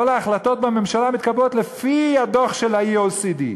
כל ההחלטות בממשלה מתקבלות לפי הדוח של ה-OECD,